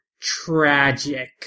tragic